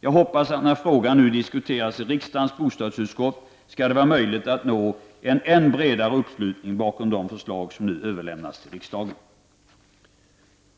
Jag hoppas att det skall vara möjligt att nå en än bredare uppslutning bakom de förslag som nu överlämnats till riksdagen